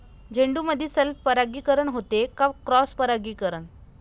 झेंडूमंदी सेल्फ परागीकरन होते का क्रॉस परागीकरन?